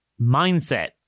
mindset